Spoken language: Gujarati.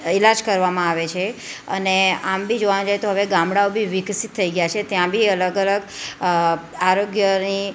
ઈલાજ કરવામાં આવે છે અને આમ બી જોવા જાય તો હવે ગામડાઓ બી વિકસિત થઈ ગયાં છે ત્યાં બી અલગ અલગ આરોગ્યની